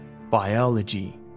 biology